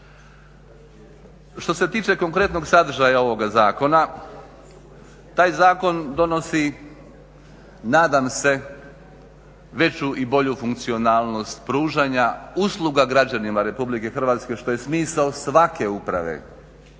Što se tiče konkretnog sadržaja ovoga zakona, taj zakon donosi, nadam se veću i bolju funkcionalnost pružanja usluga građanima RH što je smisao svake uprave